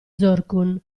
zorqun